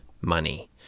money